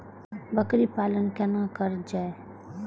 बकरी पालन केना कर जाय?